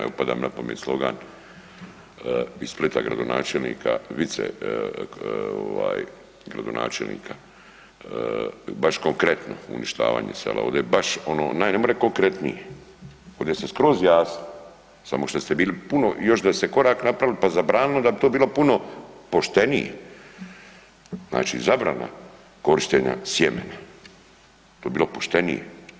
Evo pada mi na pamet slogan iz Splita gradonačelnika Vice gradonačelnika baš konkretno uništavanje sela, baš ono ne more konkretnije, ovdje ste skroz jasni samo što ste bili puno, još da ste korak napravili pa zabranili onda bi to bilo puno poštenije, znači zabrana korištenja sjemena, to bi bilo poštenije.